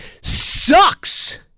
sucks